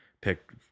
pick